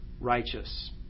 righteous